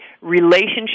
relationship